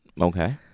okay